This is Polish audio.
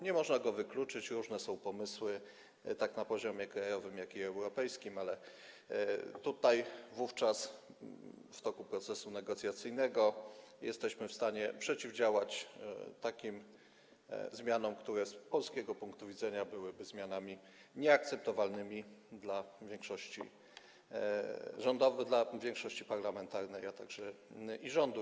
Nie można tego wykluczyć, różne są pomysły, tak na poziomie krajowym, jak i europejskim, ale w toku procesu negocjacyjnego jesteśmy w stanie przeciwdziałać takim zmianom, które z polskiego punktu widzenia byłyby zmianami nieakceptowalnymi dla większości parlamentarnej, a także dla rządu.